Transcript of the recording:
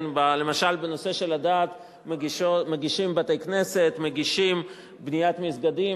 למשל בנושא הדת מגישים לבניית בתי-כנסת ומגישים לבניית מסגדים.